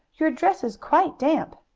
your dress is quite damp!